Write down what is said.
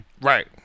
Right